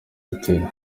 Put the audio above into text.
airtel